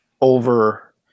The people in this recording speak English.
over